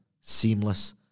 seamless